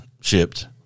shipped